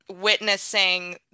witnessing